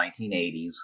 1980s